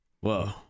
Whoa